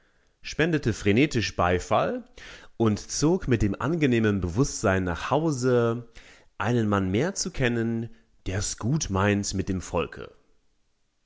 spendete frenetisch beifall und zog mit dem angenehmen bewußtsein nach hause einen mann mehr zu kennen der's gut meint mit dem volke